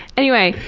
anyway,